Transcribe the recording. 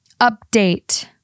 Update